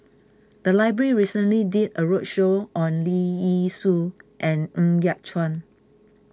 the library recently did a roadshow on Leong Yee Soo and Ng Yat Chuan